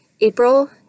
April